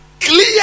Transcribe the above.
clear